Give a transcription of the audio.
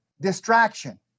distraction